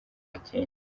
gakenke